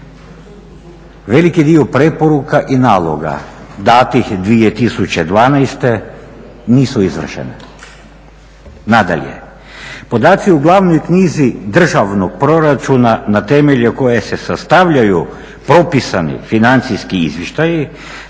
Veliki dio preporuka i naloga datih 2012.nisu izvršene. Nadalje, podaci u glavnoj knjizi državnog proračuna na temelju kojeg se sastavljaju propisani financijski izvještaji,